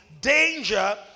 danger